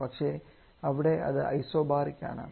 പക്ഷേ അവിടെ അത് ഐസൊബാരിക് ആണ്